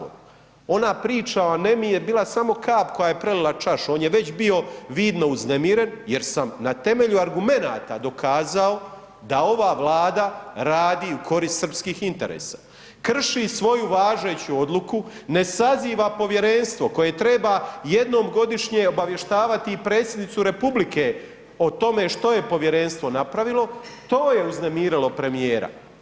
Ona priča o anemiji je bila samo kap koja je prelila čašu, on je već bio vidno uznemiren jer sam na temelju argumenata dokazao da ova Vlada radi u korist srpskih interesa, krši svoju važeću odluku, ne saziva povjerenstvo koje treba jednom godišnje obavještavati i predsjednicu RH o tome što je povjerenstvo napravilo, to je uznemirilo premijera.